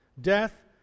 Death